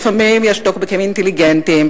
לפעמים יש טוקבקים אינטליגנטיים,